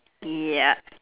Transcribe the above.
yup